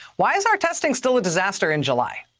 why is our testing still a disaster in july?